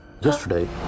Yesterday